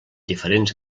diferents